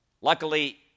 Luckily